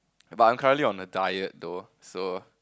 but I'm currently on a diet though so